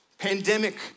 Pandemic